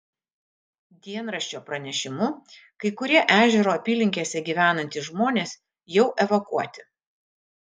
dienraščio pranešimu kai kurie ežero apylinkėse gyvenantys žmonės jau evakuoti